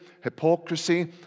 hypocrisy